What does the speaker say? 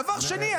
דבר שני,